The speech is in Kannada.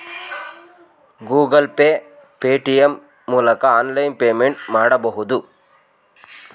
ಗೂಗಲ್ ಪೇ, ಪೇಟಿಎಂ ಮೂಲಕ ಆನ್ಲೈನ್ ಪೇಮೆಂಟ್ ಮಾಡಬಹುದು